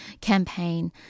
campaign